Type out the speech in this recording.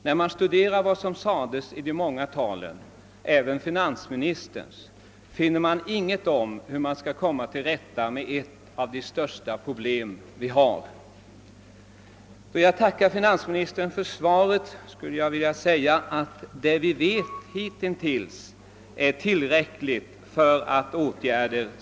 När man studerar vad som sades i de många talen — även finansmi nisterns — hittar man dock ingenting om hur vi skall komma till rätta med alkoholproblemet, ett av de största problem vi för närvarande har. Jag konstaterar att vad vi hittills vet om alkoholbruket är tillräckligt för att vidta åtgärder.